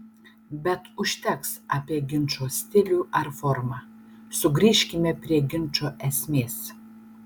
bet užteks apie ginčo stilių ar formą sugrįžkime prie ginčo esmės